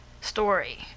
story